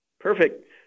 Perfect